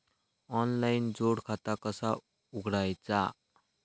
Online जोड खाता कसा उघडायचा?